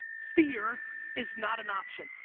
fear is not an option.